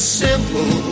simple